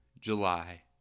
July